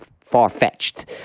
far-fetched